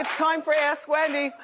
ah time for ask wendy.